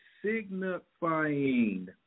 signifying